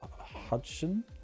Hudson